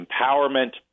empowerment